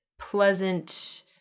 pleasant